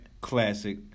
Classic